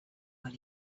when